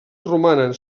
romanen